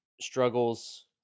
struggles